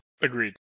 Agreed